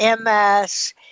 MS